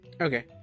Okay